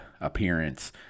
appearance